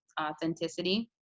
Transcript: authenticity